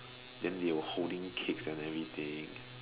then they were holding cakes and everything